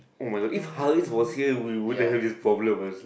oh my god if Halis was here we wouldn't have this problem actually